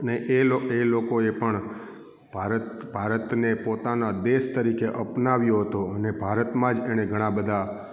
અને એ લોકોએ પણ ભારત ભારતને પોતાના દેશ તરીકે અપનાવ્યો હતો અને ભારતમાં જ એને ઘણાં બધાં